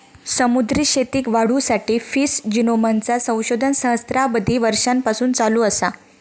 समुद्री शेतीक वाढवुसाठी फिश जिनोमचा संशोधन सहस्त्राबधी वर्षांपासून चालू असा